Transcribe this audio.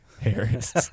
Harris